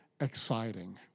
exciting